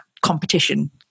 competition